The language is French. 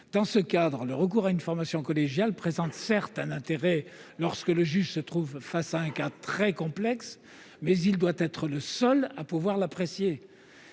Dans ce cadre, le recours à une formation collégiale présente certes un intérêt, lorsque le juge fait face à un cas particulièrement complexe, mais ce dernier doit être le seul à pouvoir l'apprécier.